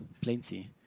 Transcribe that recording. Plenty